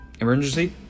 emergency